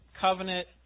covenant